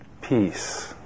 peace